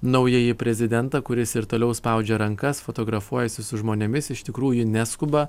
naująjį prezidentą kuris ir toliau spaudžia rankas fotografuojasi su žmonėmis iš tikrųjų neskuba